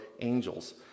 angels